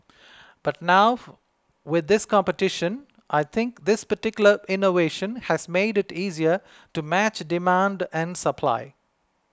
but now with this competition I think this particular innovation has made it easier to match demand and supply